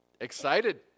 excited